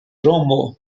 romo